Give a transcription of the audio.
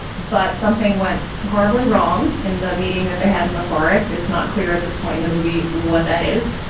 but something went horribly wrong in the meeting that they had in the forest. it's not clear at this point in the movie what that is.